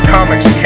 Comics